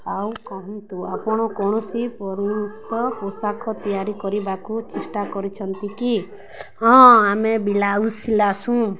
ଆଉ କହନ୍ତୁ ଆପଣ କୌଣସି ପୋଷାକ ତିଆରି କରିବାକୁ ଚେଷ୍ଟା କରିଛନ୍ତି କି ହଁ ଆମେ ବ୍ଲାଉଜ୍ ଲାସୁଁ